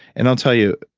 and i'll tell you,